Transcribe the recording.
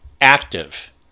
active